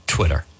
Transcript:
Twitter